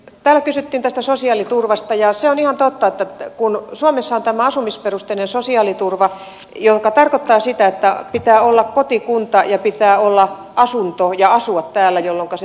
täällä kysyttiin tästä sosiaaliturvasta ja se on ihan totta että suomessa on tämä asumisperusteinen sosiaaliturva joka tarkoittaa sitä että pitää olla kotikunta ja pitää olla asunto ja asua täällä jolloinka se sosiaaliturva on sitten tullut